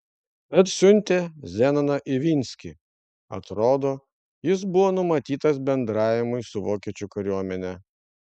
tad siuntė zenoną ivinskį atrodo jis buvo numatytas bendravimui su vokiečių kariuomene